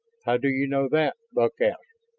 how do you know that? buck asked.